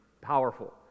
Powerful